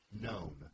known